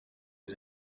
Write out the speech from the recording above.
and